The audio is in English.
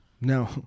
No